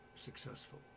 Successful